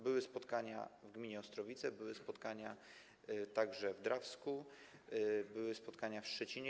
Były spotkania w gminie Ostrowice, były spotkania także w Drawsku, były spotkania w Szczecinie.